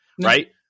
Right